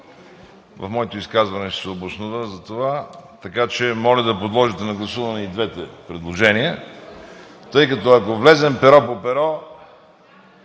В моето изказване ще се обоснова за това. Така че моля да подложите на гласуване и двете предложения, тъй като, ако влезем перо по перо,